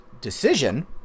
decision